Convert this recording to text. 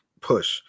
push